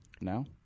No